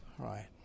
right